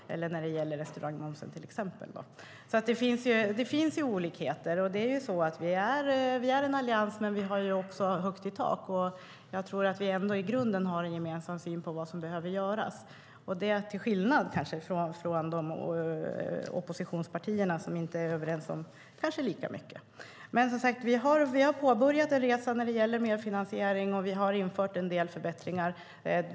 Det finns olikheter. Vi är en allians, men det är högt i tak. Jag tror att vi i grunden har en gemensam syn på vad som behöver göras - till skillnad från oppositionspartierna som inte är överens om lika mycket. Vi har påbörjat en resa när det gäller medfinansiering, och vi har infört en del förbättringar.